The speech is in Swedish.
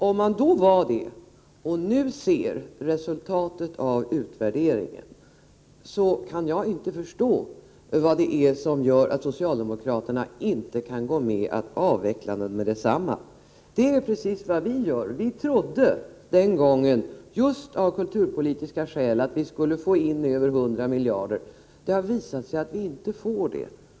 Om man var det då och nu ser resultatet av utvärderingen, kan jag inte förstå vad det är som gör att socialdemokraterna inte kan gå med på att avveckla den med detsamma. Det är precis vad vi gör. Vi trodde den gången, just av kulturpolitiska skäl, att vi skulle få in över hundra miljoner. Det har visat sig att vi inte får det.